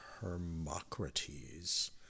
Hermocrates